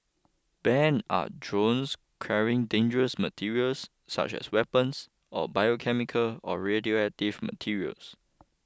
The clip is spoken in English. banned are drones carrying dangerous materials such as weapons or biochemical or radioactive materials